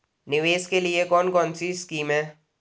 निवेश के लिए कौन कौनसी स्कीम हैं?